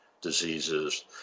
diseases